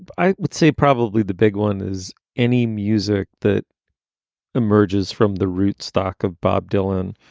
i i would say probably the big one is any music that emerges from the rootstock of bob dylan.